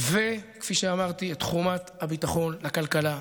וכפי שאמרתי, את חומת הביטחון לכלכלה הישראלית,